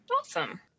Awesome